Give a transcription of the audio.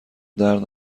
درد